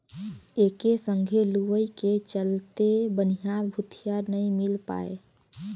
एके संघे लुवई के चलते बनिहार भूतीहर नई मिल पाये